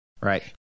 Right